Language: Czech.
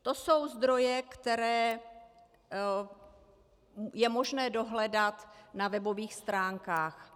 To jsou zdroje, které je možné dohledat na webových stránkách.